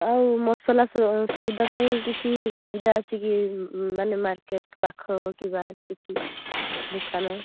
ଆଉ ମସଲା ସଉଦା ପାଇଁ କିଛି ସୁବିଧା ଅଛି କି ମାନେ ମାର୍କେଟ୍ ପାଖ କିବା କିଛି ଦୋକାନ